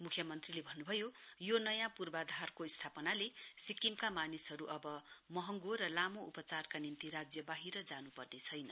मुख्यमन्त्रीले भन्नुभयो यो नयाँ पूर्वाधारको स्थापनाले सिक्किमका मानिसहरू अब महँगो उपचारका निम्ति राज्य बाहिर जानु पर्ने छैन